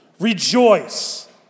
Rejoice